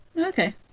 Okay